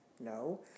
no